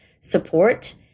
support